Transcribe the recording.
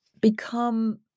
become